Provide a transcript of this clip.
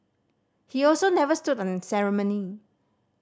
he also never stood on ceremony